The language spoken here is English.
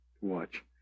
watch